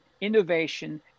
innovation